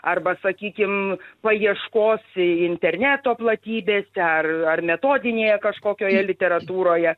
arba sakykim paieškos interneto platybėse ar ar metodinėje kažkokioje literatūroje